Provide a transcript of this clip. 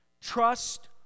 Trust